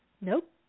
Nope